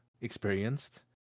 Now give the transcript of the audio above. experienced